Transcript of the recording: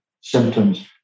symptoms